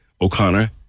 O'Connor